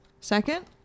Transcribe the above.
Second